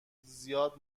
زیاد